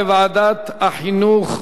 לדיון מוקדם בוועדת החינוך,